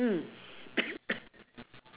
mm